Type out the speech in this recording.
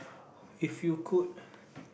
if you could